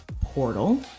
Portal